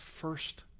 first